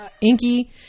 Inky